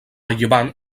llevant